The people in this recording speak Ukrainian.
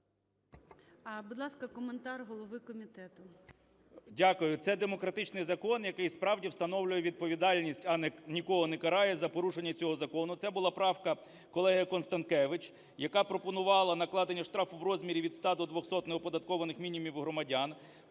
Дякую. Це демократичний закон, який справді встановлює відповідальність, а нікого не карає за порушення цього закону. Це була правка колеги Констанкевич, яка пропонувала накладення штрафу в розмірі від 100 до 200 неоподаткованих мінімумів громадян.